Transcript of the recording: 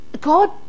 God